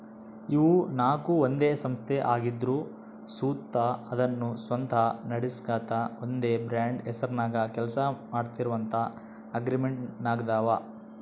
ಇವು ನಾಕು ಒಂದೇ ಸಂಸ್ಥೆ ಆಗಿದ್ರು ಸುತ ಅದುನ್ನ ಸ್ವಂತ ನಡಿಸ್ಗಾಂತ ಒಂದೇ ಬ್ರಾಂಡ್ ಹೆಸರ್ನಾಗ ಕೆಲ್ಸ ಮಾಡ್ತೀವಂತ ಅಗ್ರಿಮೆಂಟಿನಾಗಾದವ